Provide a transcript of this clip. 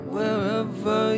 Wherever